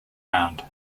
round